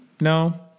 No